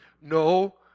No